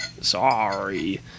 sorry